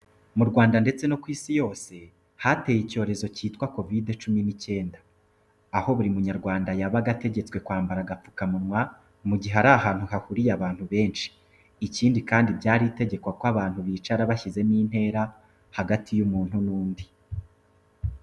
Mu Rwanda ndetse no ku isi yose hateye icyorezo cyitwa Covid cumi n'icyenda, aho buri Munyarwanda yabaga ategetswe kwambara agapfukamunwa mu gihe ari ahantu hahuriye abantu benshi, ikindi kandi byari itegeko ko abantu bicara bashyizemo intera hagati y'umuntu n'undi.